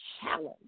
challenge